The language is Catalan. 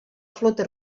flota